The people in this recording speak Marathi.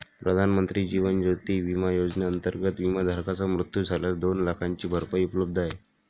प्रधानमंत्री जीवन ज्योती विमा योजनेअंतर्गत, विमाधारकाचा मृत्यू झाल्यास दोन लाखांची भरपाई उपलब्ध आहे